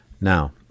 Now